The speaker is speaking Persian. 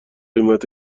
قیمت